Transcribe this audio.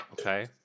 okay